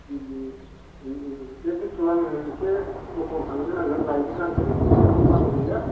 उम उम उम बे बुस्थुखौ आङो एसे दखानाव थांग्रो नांगोन लायग्रो नांगोन न'खरावबो माल गैया